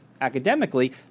academically